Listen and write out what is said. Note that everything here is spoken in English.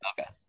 Okay